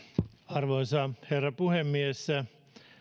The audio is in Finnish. arvoisa herra puhemies